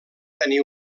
tenir